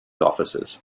officers